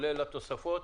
כולל התוספות?